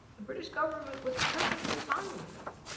the british government was perfectly fine with that.